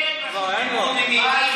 אין רשות דיבור למיקי.